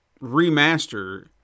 remaster